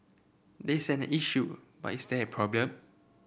there's an issue but is there a problem